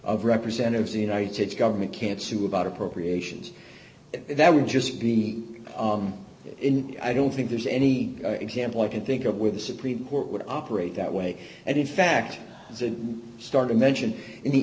of representatives the united states government can't sue about appropriations that would just be i don't think there's any example i can think of where the supreme court would operate that way and in fact as a starting mention in the